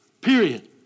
Period